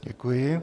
Děkuji.